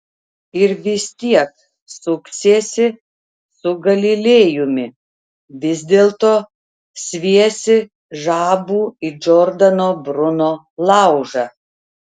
ir vis tiek suksiesi su galilėjumi vis dėlto sviesi žabų į džordano bruno laužą